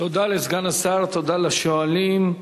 תודה לסגן השר, תודה לשואלים.